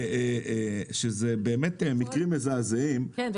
שזה באמת מקרים מזעזעים --- כן,